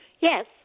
Yes